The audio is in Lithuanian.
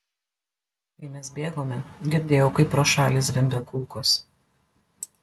kai mes bėgome girdėjau kaip pro šalį zvimbia kulkos